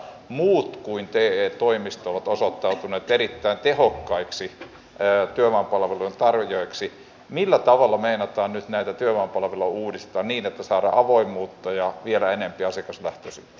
muut kuin teen toimisto ovat osoittautuneet erittäin tehokkaiksi tämä on se hallituksen kohderyhmä joka on nyt näytettyä palvelu uudistaa niin että saadaan avoimuutta ja tällä hetkellä todella ahdingossa